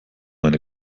eine